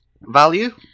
value